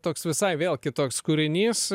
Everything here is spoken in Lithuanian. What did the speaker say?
toks visai vėl kitoks kūrinys